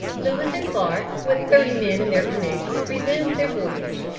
lewis and clark, with thirty men in their canoes, resumed their voyage.